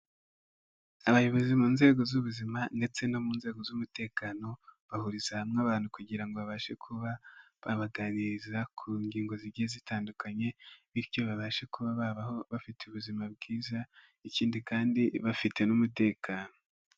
Abayobozi mu nzego z'ubuzima ndetse no mu nzego z'umutekano, bahuriza hamwe abantu kugira ngo babashe kuba babaganiriza ku ngingo zigiye zitandukanye, bityo babashe kuba babaho bafite ubuzima bwiza ikindi kandi bafite n'umutekano.